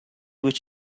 what